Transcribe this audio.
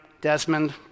Desmond